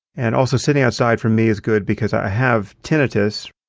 and also, sitting outside for me is good because i have tinnitus,